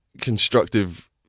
constructive